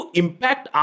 impact